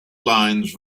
lines